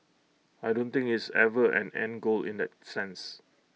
I don't think it's ever an end goal in that sense